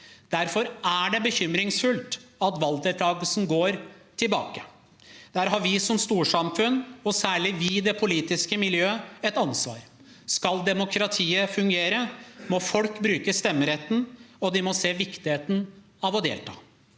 Derfor er det bekymringsfullt at valgdeltakelsen går tilbake. Der har vi som storsamfunn, og særlig vi i det politiske miljøet, et ansvar. Skal demokratiet fungere, må folk bruke stemmeretten, og de må se viktigheten av å delta.